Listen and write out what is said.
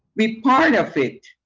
be part of it.